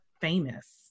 famous